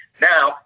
Now